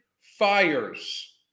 fires